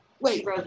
Wait